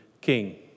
king